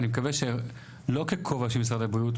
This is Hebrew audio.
אני מקווה שלא ככובע של משרד הבריאות,